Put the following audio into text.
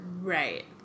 right